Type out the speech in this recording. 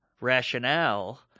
rationale